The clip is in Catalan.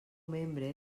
membre